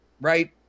right